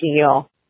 deal